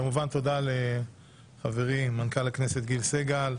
כמובן תודה לחברי מנכ"ל הכנסת גיל סגל,